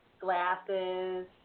glasses